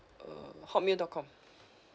uh hotmail dot com